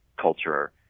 culture